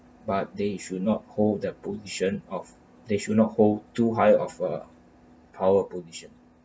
but they should not hold the position of they should not hold too high of a power position